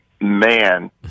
man